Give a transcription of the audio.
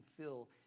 fill